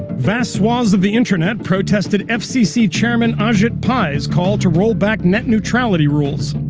vast swathes of the internet protested fcc chairman ajit pai's call to roll back net neutrality rules.